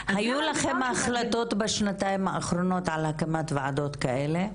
היו לכם החלטות בשנתיים האחרונות על הקמת ועדות כאלה?